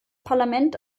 parlament